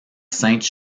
sainte